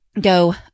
Go